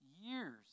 years